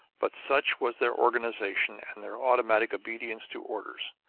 but such was their organization and their automatic obedience to orders,